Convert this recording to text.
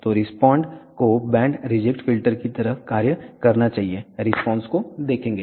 तो रिस्पॉन्ड को band reject filter की तरह कार्य करना चाहिए रिस्पांस को देखेंगे